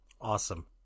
Awesome